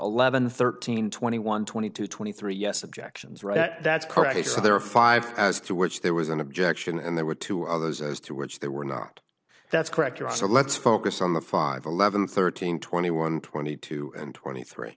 eleven thirteen twenty one twenty two twenty three yes objections right that's correct so there are five as to which there was an objection and there were two others as to which they were not that's correct your so let's focus on the five eleven thirteen twenty one twenty two and twenty three